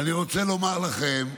ואני רוצה לומר לכם,